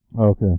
Okay